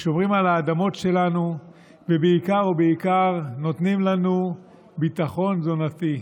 ושומרים על האדמות שלנו ובעיקר ובעיקר נותנים לנו ביטחון תזונתי.